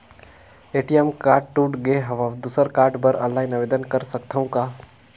ATM card टूट गे हववं दुसर कारड बर ऑनलाइन आवेदन कर सकथव का?